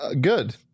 Good